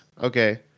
Okay